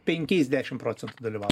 penkiais dešim procentų dalyvavom